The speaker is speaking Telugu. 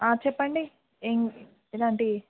చెప్పండి ఏం ఎలాంటి